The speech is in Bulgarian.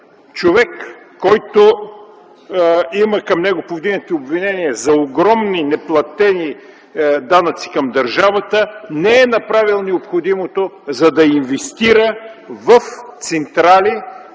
човек, към който има повдигнати обвинения за огромни неплатени данъци към държавата. Той не е направил необходимото, за да инвестира в централи,